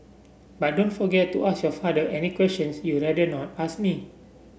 but don't forget to ask your father any question you'd rather not ask me